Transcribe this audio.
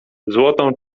złotą